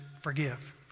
forgive